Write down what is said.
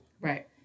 Right